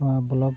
block